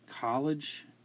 college